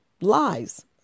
lies